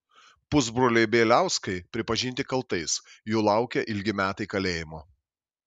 pusbroliai bieliauskai pripažinti kaltais jų laukia ilgi metai kalėjimo